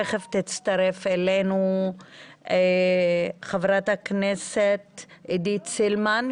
תכף תצטרף אלינו חברת הכנסת עידית סילמן,